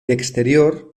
exterior